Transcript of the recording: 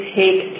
take